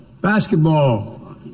basketball